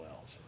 else